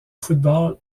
football